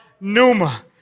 NUMA